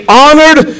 honored